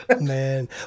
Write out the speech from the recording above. Man